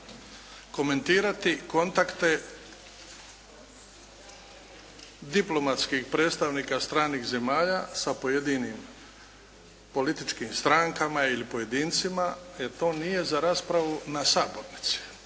komentirati kontakte diplomatskih predstavnika stranih zemalja sa pojedinim političkim strankama ili pojedincima, jer to nije za raspravu na sabornici.